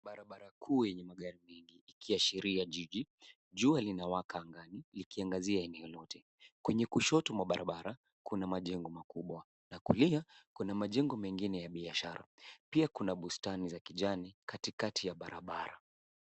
Barabara kuu yenye magari mengi ikiashiria jiji. Jua linawaka angani likiangazia eneo lote. Kwenye kushoto mwa barabara kuna majengo makubwa. Kulia kuna majengo mengine ya biashara. Pia kuna bustani ya kijani katikati ya barabara.